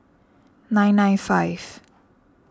nine nine five